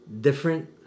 different